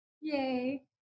Yay